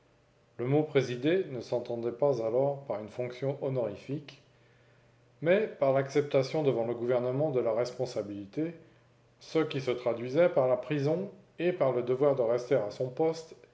le mot présider ne s'entendait pas alors par une fonction honorifique mais par l'acceptation devant le gouvernement de la responsabilité ce qui se traduisait par la prison et par le devoir de rester à son poste